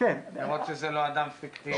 לראות שזה לא אדם פיקטיבי.